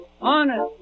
Honest